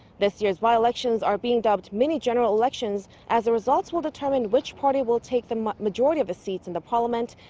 this year's by-elections are being dubbed mini general elections as the results will determine which party will take the majority of the seats and in parliament,